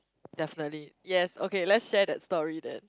definitely yes okay let's share that story then